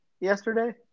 yesterday